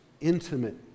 intimate